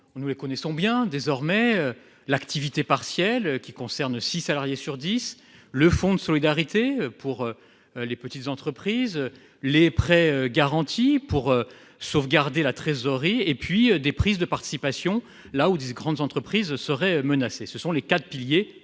nous connaissons bien désormais. L'activité partielle, qui concerne six salariés sur dix, le fonds de solidarité pour les petites entreprises, les prêts garantis pour sauvegarder la trésorerie et les prises de participation lorsque les grandes entreprises sont menacées : tels sont les quatre principaux